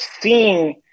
seeing